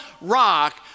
rock